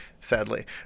sadly